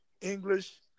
English